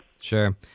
sure